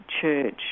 church